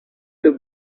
the